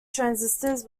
transistors